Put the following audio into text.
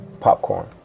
popcorn